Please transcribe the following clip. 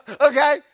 Okay